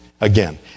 Again